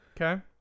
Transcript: Okay